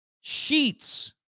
Sheets